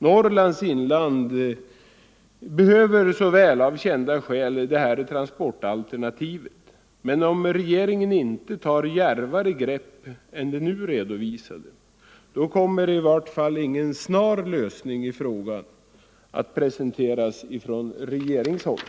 Norrlands inland behöver av väl kända skäl det här transportalternativet, men om regeringen inte tar djärvare grepp än de nu redovisade kommer i vart fall ingen snar lösning att presenteras från regeringshåll.